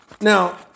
now